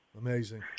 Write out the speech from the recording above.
amazing